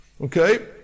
okay